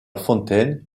fontaine